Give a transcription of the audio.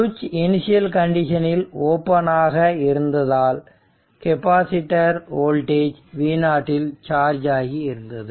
சுவிட்ச் இனிஷியல் கண்டிஷனில் ஓபன் ஆக இருந்ததால் கெபாசிட்டர் வோல்டேஜ் v0 இல் சார்ஜ் ஆகி இருந்தது